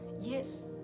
Yes